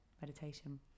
meditation